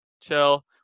chill